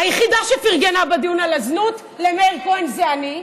היחידה שפרגנה בדיון על הזנות למאיר כהן זו אני,